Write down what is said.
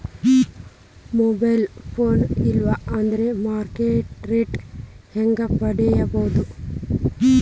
Mobile phone ಇಲ್ಲಾ ಅಂದ್ರ market rate ಹೆಂಗ್ ಪಡಿಬೋದು?